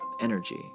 energy